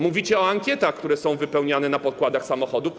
Mówicie o ankietach, które są wypełniane na pokładach samolotów.